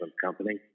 company